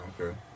Okay